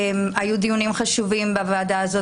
היו דיונים חשובים בוועדה הזאת